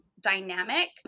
dynamic